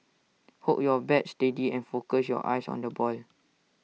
hold your bat steady and focus your eyes on the ball